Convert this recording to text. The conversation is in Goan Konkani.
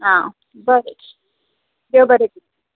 आं बरें देव बरें करूं